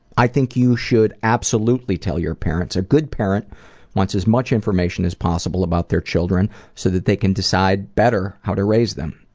i think you should absolutely tell your parents. a good parent wants as much information as possible about their children so that they can better how to raise them.